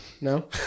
no